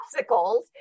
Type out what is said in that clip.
popsicles